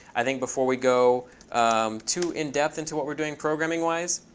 i think, before we go too in-depth into what we're doing programming wise.